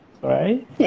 right